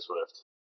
Swift